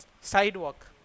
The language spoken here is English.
sidewalk